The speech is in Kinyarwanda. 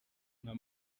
nka